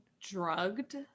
drugged